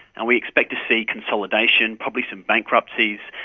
and we expect to see consolidation, probably some bankruptcies,